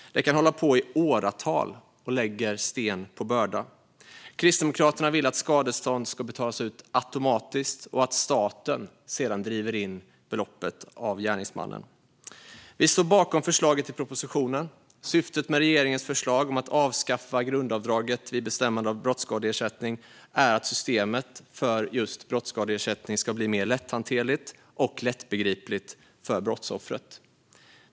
Det kan hålla på i åratal och lägger sten på börda. Kristdemokraterna vill att skadestånd ska betalas ut automatiskt och att staten sedan driver in beloppet av gärningsmannen. Vi står bakom förslaget i propositionen. Syftet med regeringens förslag om att avskaffa grundavdraget vid bestämmande av brottsskadeersättning är att systemet för brottsskadeersättning ska bli mer lätthanterligt och lättbegripligt för brottsoffret.